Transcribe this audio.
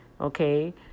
okay